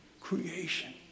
Creation